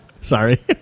Sorry